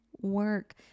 work